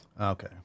Okay